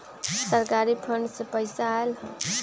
सरकारी फंड से पईसा आयल ह?